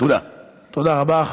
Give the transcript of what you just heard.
תודה רבה.